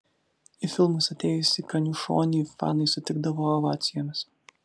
į filmus atėjusį kaniušonį fanai sutikdavo ovacijomis